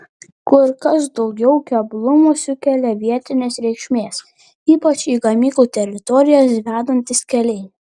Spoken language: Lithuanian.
kur kas daugiau keblumų sukelia vietinės reikšmės ypač į gamyklų teritorijas vedantys keliai